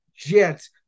Jets